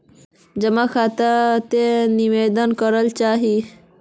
जमा खाता त निवेदन करवा चाहीस?